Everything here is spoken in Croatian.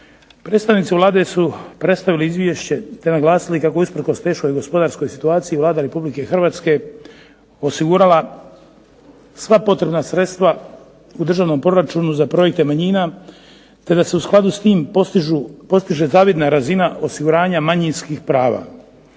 Predstavnici Vlade su predstavili izvješće te naglasili kako je usprkos teškoj gospodarskoj situaciji Vlada Republike Hrvatske osigurala sva potrebna sredstva u državnom proračunu za projekte manjina te da se u skladu s tim postiže zavidna razina osiguranja manjinskih prava.